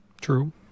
True